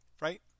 right